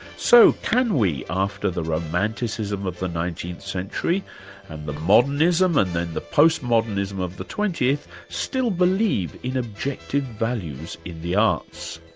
so can we after the romanticism of the nineteenth century and the modernism and then the post modernism of the twentieth, still believe in objective values in the arts?